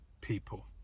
people